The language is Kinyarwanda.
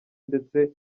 ndetse